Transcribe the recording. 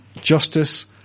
justice